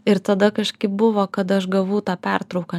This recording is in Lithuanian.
ir tada kažkaip buvo kad aš gavau tą pertrauką